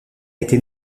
été